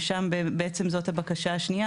ושם זאת בעצם הבקשה השנייה,